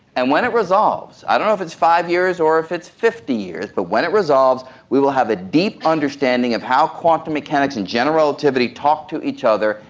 and when it resolves, i don't know if it's five years or if it's fifty years, but when it resolves we will have a deep understanding of how quantum mechanics and general relativity talk to each other,